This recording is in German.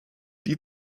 die